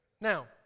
Now